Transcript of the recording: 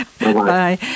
Bye